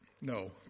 No